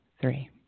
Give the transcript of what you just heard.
three